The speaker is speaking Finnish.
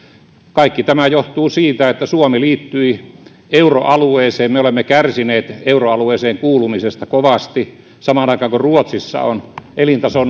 kaikki tämä johtuu siitä että suomi liittyi euroalueeseen me olemme kärsineet euroalueeseen kuulumisesta kovasti samaan aikaan kun ruotsissa on elintaso